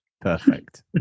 Perfect